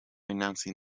announcing